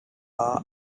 are